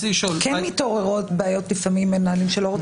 לעיתים מתעוררות בעיות עם מנהלים שלא רוצים לשחרר עובדים.